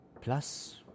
Plus